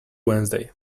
wednesday